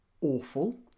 awful